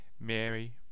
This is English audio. Mary